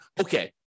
okay